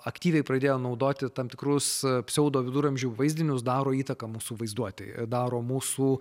aktyviai pradėję naudoti tam tikrus pseudoviduramžių vaizdinius daro įtaką mūsų vaizduotei daro mūsų